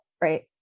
right